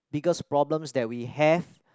biggest problems that we have